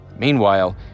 Meanwhile